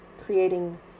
creating